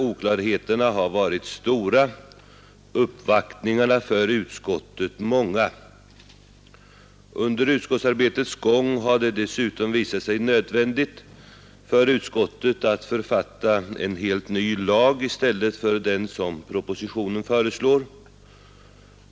Oklarheterna har varit stora, uppvaktningarna inför utskottet många. Under utskottsarbetets gång har det dessutom visat sig nödvändigt för utskottet att författa en helt ny lag i stället för den som propositionen föreslår.